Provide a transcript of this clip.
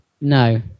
No